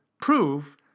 prove